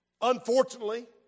Unfortunately